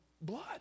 blood